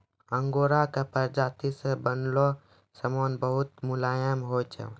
आंगोराक प्राजाती से बनलो समान बहुत मुलायम होय छै